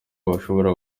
bashobora